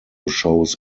shows